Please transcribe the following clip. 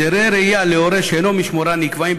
הסדרי ראייה להורה שאינו משמורן נקבעים